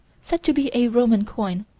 said to be a roman coin,